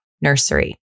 Nursery